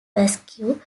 basque